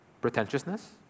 pretentiousness